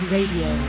Radio